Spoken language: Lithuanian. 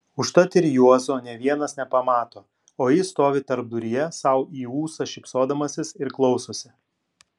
užtat ir juozo nė vienas nepamato o jis stovi tarpduryje sau į ūsą šypsodamasis ir klausosi